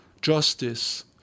justice